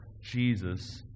Jesus